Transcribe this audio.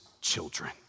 children